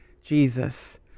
Jesus